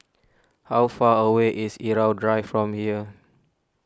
how far away is Irau Drive from here